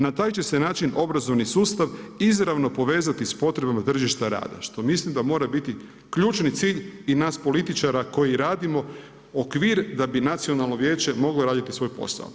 Na taj će se način obrazovni sustav izravno povezati sa potrebama tržišta rada što mislim da mora biti ključni cilj i nas političara koji radimo, okvir da bi Nacionalno vijeće moglo raditi svoj posao.